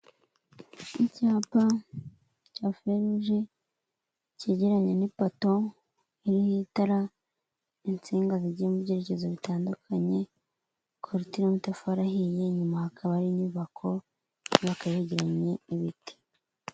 Icyapa feruje kegeranye n'ipato iriho itara insinga zigiye mu byerekezo bitandukanye, korutire y'amatafari ahiye inyuma hakaba ari inyubako yaka yegeranye n'ibiti.